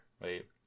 Wait